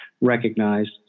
recognized